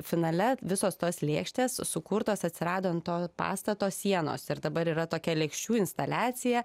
finale visos tos lėkštės sukurtos atsirado ant to pastato sienos ir dabar yra tokia lėkščių instaliacija